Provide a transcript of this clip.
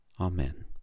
Amen